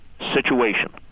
situation